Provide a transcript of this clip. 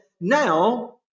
now